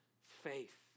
faith